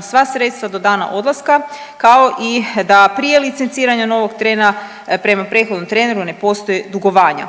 sva sredstva do dana odlaska kao i da prije licenciranja novog trenera prema prethodnom treneru ne postoji dugovanja.